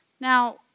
Now